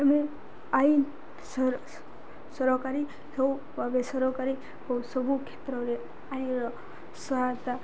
ଆମେ ଆଇନ ସରକାରୀ ହଉ ବା ବେସରକାରୀ ହଉ ସବୁ କ୍ଷେତ୍ରରେ ଆଇନର ସହାୟତା